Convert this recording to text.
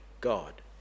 God